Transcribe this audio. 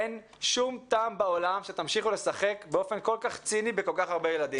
אין שום טעם שתמשיכו לשחק באופן כל כך ציני בכל כך הרבה ילדים.